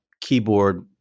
keyboard